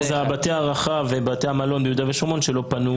זה בתי ההארחה ובתי המלון ביהודה ושומרון שלא פנו.